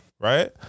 right